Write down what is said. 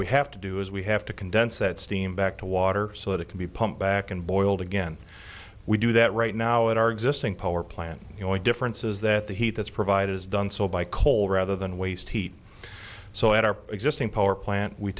we have to do is we have to condense that steam back to water so that it can be pumped back and boiled again we do that right now at our existing power plant the only difference is that the heat that's provided is done so by coal rather than waste heat so at our existing power plant we